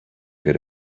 get